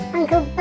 Uncle